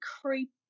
creep